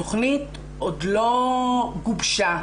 התוכנית עוד לא גובשה.